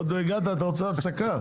עוד לא הגעת, אתה רוצה הפסקה?